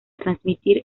transmitir